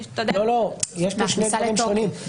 לא, יש פה שני דברים שונים.